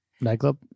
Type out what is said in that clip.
Nightclub